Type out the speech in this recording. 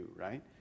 right